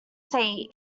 say